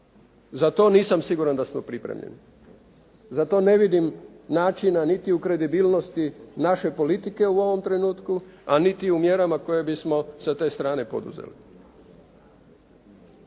za to nisam siguran da smo pripremljeni, za to ne vidim načina niti u kredibilnosti naše politike u ovom trenutku a niti u mjerama koje bismo sa te strane poduzeli.